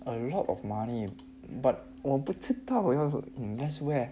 a lot of money but 我不知道要 invest where